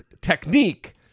technique